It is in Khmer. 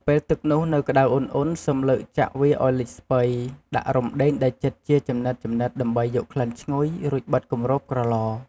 ពេលទឹកនោះនៅក្តៅអ៊ុនៗ សឹមលើកចាក់វាឱ្យលិចស្ពៃ ដាក់រំដេងដែលចិតជាចំណិតៗដើម្បីយកក្លិនឈ្ងុយ រួចបិទគម្របក្រឡ។